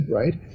right